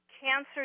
Cancer